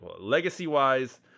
legacy-wise